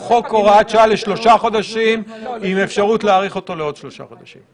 הוראה שאומרת שעד לאישור הנוהל על ידי היועץ